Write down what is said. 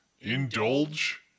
indulge